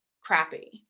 crappy